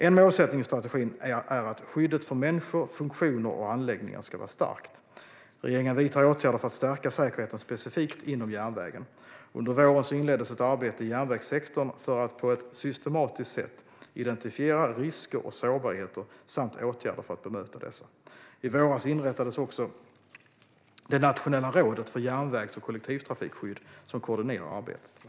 En målsättning i strategin är att skyddet för människor, funktioner och anläggningar ska vara starkt. Regeringen vidtar åtgärder för att stärka säkerheten specifikt inom järnvägen. Under våren inleddes ett arbete i järnvägssektorn för att på ett systematiskt sätt identifiera risker och sårbarheter samt åtgärder för att bemöta dessa. I våras inrättades också det nationella rådet för järnvägs och kollektivtrafikskydd som koordinerar arbetet.